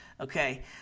okay